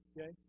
Okay